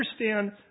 understand